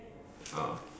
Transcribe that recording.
oh